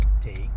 Take